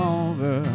over